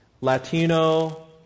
Latino